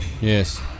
Yes